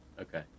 Okay